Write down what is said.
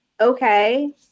okay